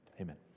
Amen